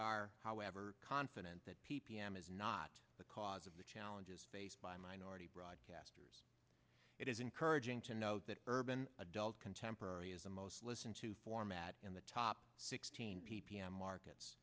are however confident that p p m is not the cause of the challenges faced by minority broadcasters it is encouraging to note that urban adult contemporary is the most listened to format in the top sixteen p p m markets